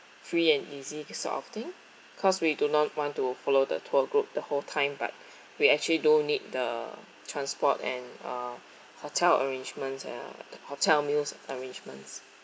free and easy this sort of thing because we do not want to follow the tour group the whole time but we actually do need the transport and uh hotel arrangements and uh hotel meals arrangements